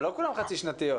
אבל לא כולן חצי שנתיות.